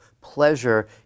pleasure